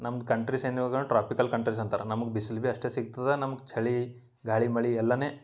ನಮ್ಮ ಕಂಟ್ರೀಸ್ ಏನು ಈವಾಗ ಟ್ರಾಪಿಕಲ್ ಕಂಟ್ರೀಸ್ ಅಂತಾರೆ ನಮ್ಗೆ ಬಿಸಿಲು ಭೀ ಅಷ್ಟೇ ಸಿಗ್ತದೆ ನಮ್ಗೆ ಚಳಿ ಗಾಳಿ ಮಳೆ ಎಲ್ಲನೇ